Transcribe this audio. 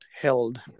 held